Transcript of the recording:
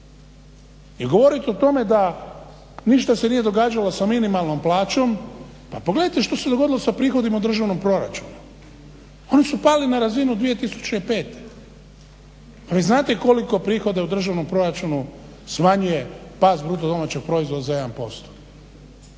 govorite o tome da se ništa nije događalo sa minimalnom plaćom, pa pogledajte šta se dogodili sa prihodima u državnom proračunu. Oni su pali na razinu 2005. Vi znat koliko prihoda u državnom proračunu smanjuje pad BDP-a za 1%